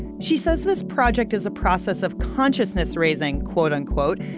she says this project is a process of consciousness raising, quote unquote,